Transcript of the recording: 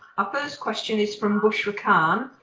our first question is from bushra khan,